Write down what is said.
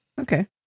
Okay